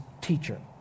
Teacher